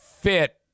fit